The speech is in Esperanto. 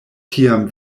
tiam